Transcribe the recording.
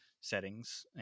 settings